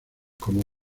como